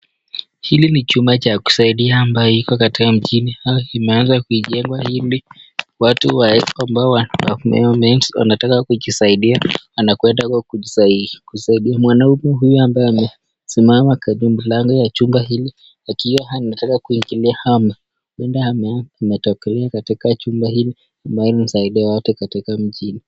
Hili ni chumba cha kujisaidia ambayo iko mjini imeweza kujengwa ili watu ambao wanataka kujisaidia anakwenda huko kujisaidia, mwanaume huyu ambaye amesimama karibu yamlango ya jumba hili akiwa anataka kuingilia ama huenda ametokelezea katika chumba hili ambayo husaidia watu katika mjini.